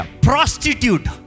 prostitute